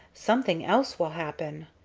something else will happen.